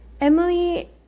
Emily